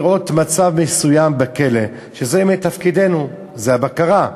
לראות מצב מסוים בכלא, שזה מתפקידנו, זו הבקרה,